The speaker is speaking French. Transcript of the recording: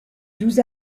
douze